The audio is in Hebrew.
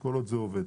כל עוד זה עובד.